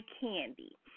candy